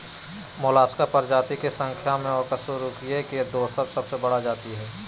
Mollusca प्रजाति के संख्या में अकशेरूकीय के दोसर सबसे बड़ा जाति हइ